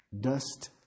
dust